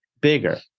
bigger